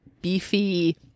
beefy